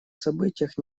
событиях